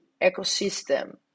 ecosystem